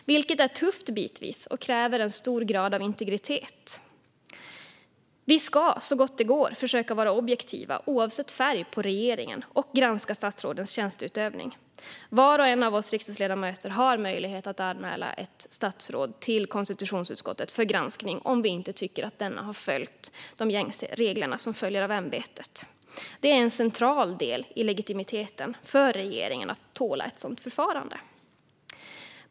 Det är bitvis tufft, och det kräver en hög grad av integritet. Vi ska, så gott det går, försöka att vara objektiva, oavsett färg på regeringen, och granska statsrådens tjänsteutövning. Var och en av oss riksdagsledamöter har möjlighet att anmäla ett statsråd till konstitutionsutskottet för granskning om ledamoten inte tycker att statsrådet följt de gängse regler som följer av ämbetet. Det är en central del i legitimiteten för regeringen att tåla ett sådant förfarande.